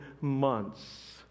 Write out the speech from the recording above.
months